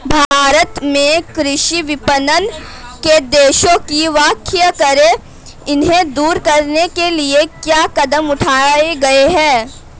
भारत में कृषि विपणन के दोषों की व्याख्या करें इन्हें दूर करने के लिए क्या कदम उठाए गए हैं?